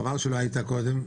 וחבל שלא היית קודם,